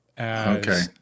Okay